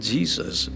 Jesus